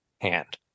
hand